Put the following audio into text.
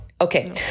Okay